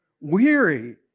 weary